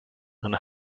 and